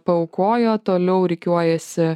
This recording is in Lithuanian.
paaukojo toliau rikiuojasi